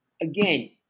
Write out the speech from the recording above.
again